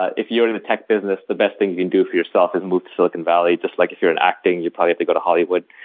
ah if you're in a tech business, the best thing you can do for yourself is move to silicon valley, just like if you're in acting you probably have to go to hollywood,